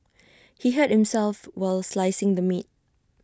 he hurt himself while slicing the meat